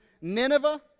Nineveh